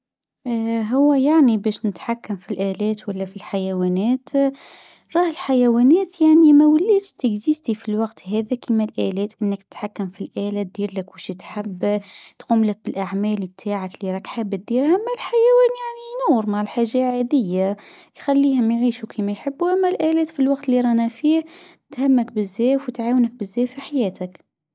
هو يعني باش نتحكم في الالات ولا في الحيوانات راه الحيوانات يعني ما ولاش كيعيش كيف الوقت هذا كيما قالت انك تتحكم في الالات ديالك وفيك حبة وتقوم لك والاعمال تحب الحيوان يعني ينور مع الحاجة العادية اللي ما يحبه اما الالاف في الوقت اللي رانا فيه تهمك بزاف وتعاونك بزاف في حياتك